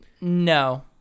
no